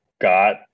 got